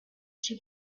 she